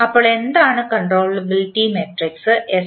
അപ്പോൾ എന്താണ് controllability matrix S